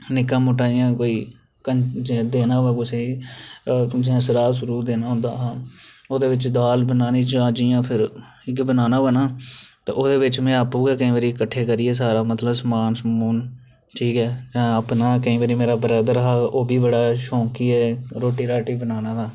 निक्का मुट्टा इ'यां कोई कंजक देना होऐ कुसै गी जां श्राद शरूद देना होंदा हा ओह्दे बिच्च दाल बनानी जां जि'यां फेर बनाना होऐ ना ते ओह्दे बिच्च में आपूं केह् केईं बारी कट्ठे करियै मतलब सारा समान समून ठीक ऐ अपना केईं बारी मेरा ब्रदर हा ओह् बी बड़ा शौंकी ऐ रोटी राटी बनाने दा